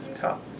top